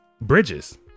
bridges